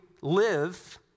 live